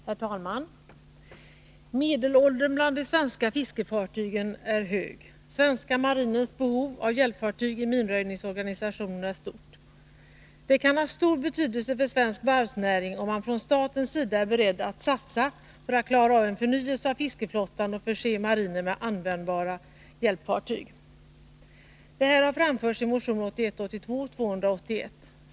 Herr talman! Medelåldern bland de svenska fiskefartygen är hög. Svenska marinens behov av hjälpfartyg i minröjningsorganisationen är stort. Det kan ha stor betydelse för svensk varvsnäring, om man från statens sida är beredd att satsa för att klara av en förnyelse av fiskeflottan och förse marinen med användbara hjälpfartyg. Detta har framförts i motionen 1981/82:281.